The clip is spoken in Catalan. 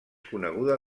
coneguda